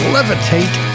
Levitate